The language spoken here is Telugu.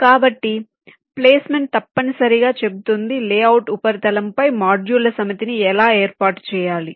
కాబట్టి ప్లేస్మెంట్ తప్పనిసరిగా చెబుతుంది లేఅవుట్ ఉపరితలంపై మాడ్యూళ్ల సమితిని ఎలా ఏర్పాటు చేయాలి